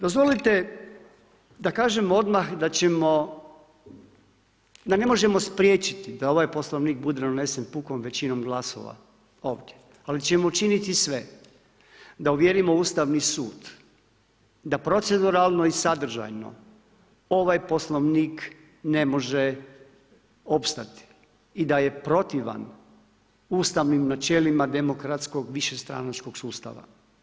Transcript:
Dozvolite da kažem odmah da ne možemo spriječiti da ovaj Poslovnik donese pukom većinom glasova ovdje ali ćemo učiniti sve da uvjerimo Ustavni sud da proceduralno i sadržajno ovaj Poslovnik ne može opstati i da je protivan ustavnim načelima demokratskog višestranačkog sustava.